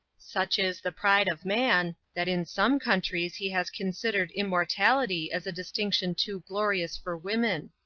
such is the pride of man, that in some countries he has considered immortality as a distinction too glorious for women.